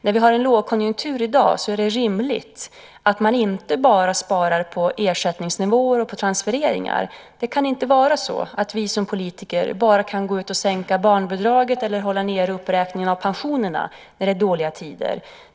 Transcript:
När vi har en lågkonjunktur som i dag är det rimligt att man inte bara sparar på ersättningsnivåer och transfereringar. Det kan inte vara så att vi som politiker kan gå ut och sänka barnbidraget eller hålla nere uppräkningen av pensionerna när det är dåliga tider.